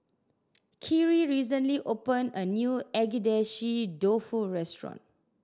Khiry recently opened a new Agedashi Dofu restaurant